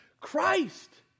Christ